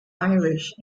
irish